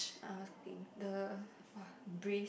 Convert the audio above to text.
ah ma's cooking the !wah! braised